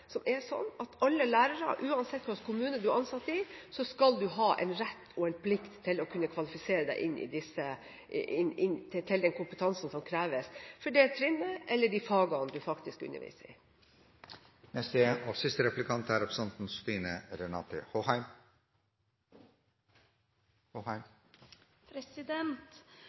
som er sånn at alle lærere, uansett hvilken kommune en er ansatt i, skal ha rett og plikt til å kvalifisere seg til den kompetansen som kreves for det trinnet eller de fagene en underviser i.